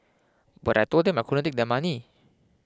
but I told them I couldn't take their money